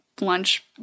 lunch